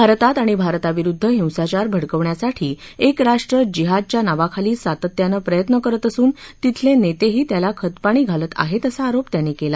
भारतात आणि भारताविरुद्ध हिंसाचार भडकवण्यासाठी एक राष्ट्र जिहाद च्या नावाखाली सातत्यानं प्रयत्न करत असून तिथले नेतेही त्याला खतपाणी घालत आहेत असा आरोप त्यांनी केला